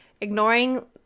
ignoring